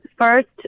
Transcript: first